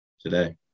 today